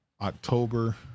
October